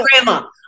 grandma